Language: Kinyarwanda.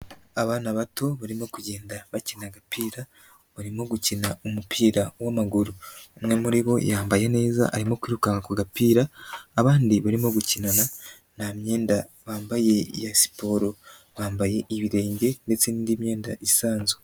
Abana bato barimo kugenda bakina agapira, barimo gukina umupira w'amaguru, umwe muri bo yambaye neza arimo kwirukanka ku gapira, abandi barimo gukina nta myenda bambaye ya siporo bambaye ibirenge ndetse n'indi myenda isanzwe.